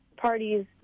Parties